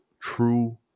true